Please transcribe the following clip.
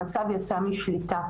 המצב יצא משליטה.